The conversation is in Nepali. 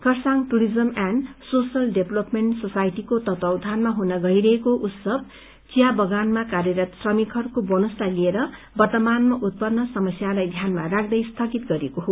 Kurseong tourism and social development सोसाइटीको तत्वावधानमा हुन गइरहेको यस उत्सव चिया बगानमा कार्यरत श्रमिकहरूको बोनसलाई लिएर वर्तमानमा उत्पन्न समस्यालाई ध्यानमा राख्दै स्थगित गरिएको हो